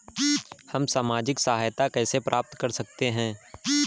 हम सामाजिक सहायता कैसे प्राप्त कर सकते हैं?